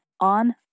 on